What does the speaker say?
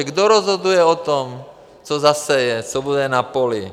Kdo rozhoduje o tom, co zaseje, co bude na poli?